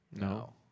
No